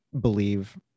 believe